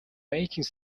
making